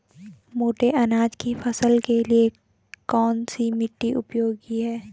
मोटे अनाज की फसल के लिए कौन सी मिट्टी उपयोगी है?